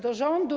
Do rządu.